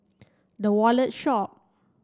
The Wallet Shop